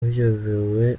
uyobewe